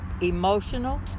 emotional